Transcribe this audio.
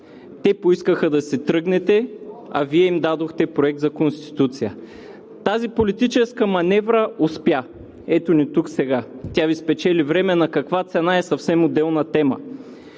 Те поискаха да си тръгнете, а Вие им дадохте Проект за Конституция. Тази политическа маневра успя. Ето ни тук сега. Тя Ви спечели време – на каква цена е съвсем отделна тема.